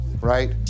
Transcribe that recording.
right